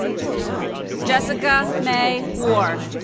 jessica may warr